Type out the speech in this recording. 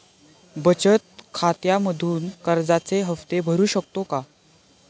बचत खात्यामधून कर्जाचे हफ्ते भरू शकतो का?